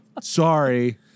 Sorry